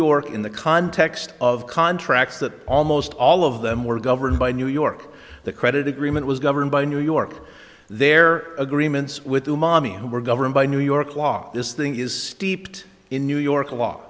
york in the context of contracts that almost all of them were governed by new york the credit agreement was governed by new york their agreements with two mommies who were governed by new york law this thing is steeped in new york